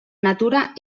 natura